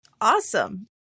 Awesome